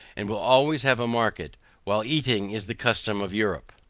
and will always have a market while eating is the custom of europe.